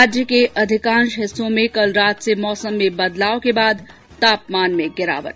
राज्य के अधिकांश हिस्सों में कल रात से मौसम में बदलाव के बाद तापमान में गिरावट